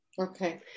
Okay